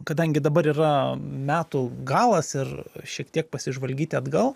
kadangi dabar yra metų galas ir šiek tiek pasižvalgyti atgal